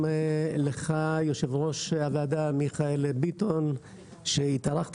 לך יושב ראש הוועדה מיכאל ביטון שהתארחת